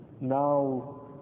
Now